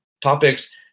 topics